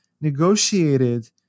negotiated